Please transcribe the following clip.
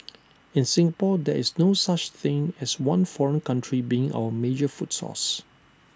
in Singapore there is no such thing as one foreign country being our major food source